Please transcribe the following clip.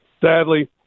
sadly